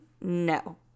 No